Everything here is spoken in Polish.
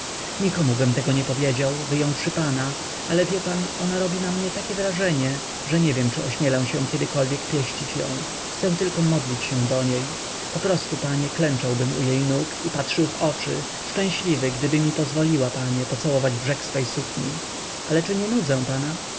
życie nikomubym tego nie powiedział wyjąwszy pana ale wie pan ona robi na mnie takie wrażenie że nie wiem czy ośmielę się kiedykolwiek pieścić ją chcę tylko modlić się do niej poprostu panie klęczałbym u jej nóg i patrzył w oczy szczęśliwy gdyby mi pozwoliła panie pocałować brzeg swojej sukni ale czy nie nudzę pana